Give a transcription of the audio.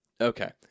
Okay